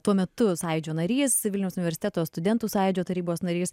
tuo metu sąjūdžio narys vilniaus universiteto studentų sąjūdžio tarybos narys